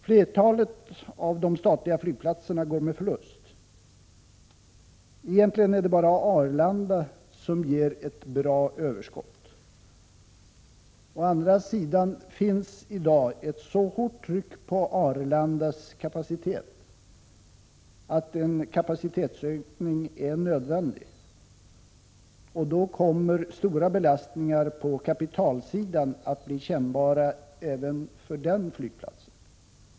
Flertalet av de statliga flygplatserna går med förlust. Egentligen är det bara Arlanda som ger ett bra överskott. Å andra sidan finns i dag ett så hårt tryck på Arlandas kapacitet att en kapacitetsökning är nödvändig, och då kommer stora belastningar på kapitalsidan att bli kännbara även för den flygplatsen.